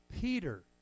Peter